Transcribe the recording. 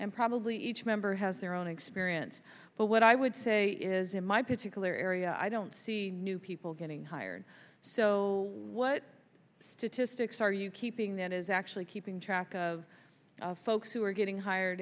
and probably each member has their own experience but what i would say is in my particular area i don't see new people getting hired so what statistics are you keeping that is actually keeping track of folks who are getting hired